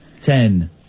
ten